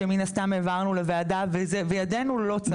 שמן הסתם העברנו לוועדה וידינו לא צלחה.